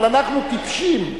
אבל אנחנו טיפשים.